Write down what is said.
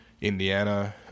Indiana